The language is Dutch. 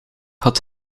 had